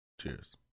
Cheers